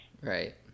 Right